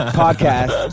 podcast，